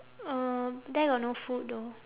uh there got no food though